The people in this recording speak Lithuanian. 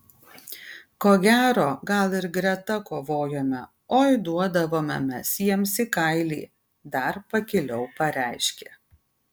ko gero gal ir greta kovojome oi duodavome mes jiems į kailį dar pakiliau pareiškė